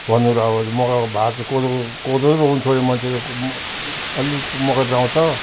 भन्नु र अब त्यो मकैको भात कोदोको कोदो रोप्नु छोड्यो मान्छेले अलि अलि मकै लगाउँछ